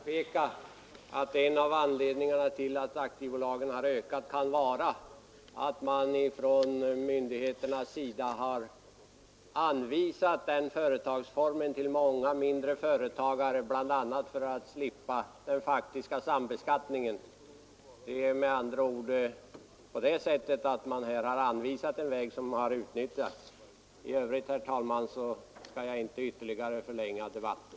Herr talman! Jag vill bara helt kort påpeka att en av anledningarna till att antalet aktiebolag har ökat kan vara att myndigheterna har anvisat den företagsformen för många mindre företagare, blya. för att slippa den faktiska sambeskattningen. Myndigheterna har med andra ord anvisat en väg som har utnyttjats. Jag skall, herr talman, inte ytterligare förlänga debatten.